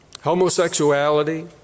homosexuality